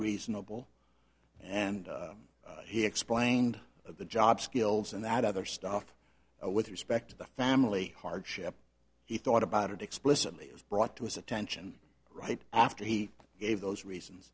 reasonable and he explained of the job skills and that other stuff with respect to the family hardship he thought about it explicitly was brought to his attention right after he gave those reasons